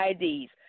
IDs